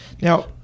now